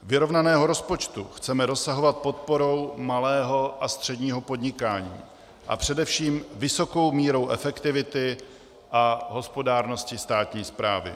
Vyrovnaného rozpočtu chceme dosahovat podporou malého a středního podnikání a především vysokou mírou efektivity a hospodárností státní správy.